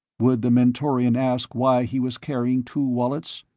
would the mentorian ask why he was carrying two wallets?